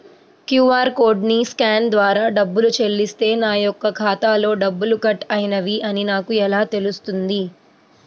QR కోడ్ని scan ద్వారా డబ్బులు చెల్లిస్తే నా యొక్క ఖాతాలో డబ్బులు కట్ అయినవి అని నాకు ఎలా తెలుస్తుంది?